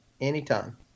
anytime